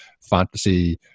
fantasy